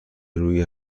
روی